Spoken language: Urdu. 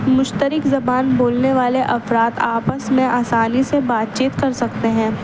مشترک زبان بولنے والے افراد آپس میں آسانی سے بات چیت کر سکتے ہیں